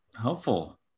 Helpful